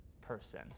person